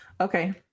Okay